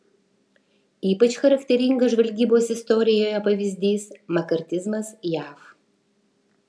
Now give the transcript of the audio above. ypač charakteringas žvalgybos istorijoje pavyzdys makartizmas jav